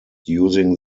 using